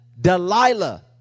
Delilah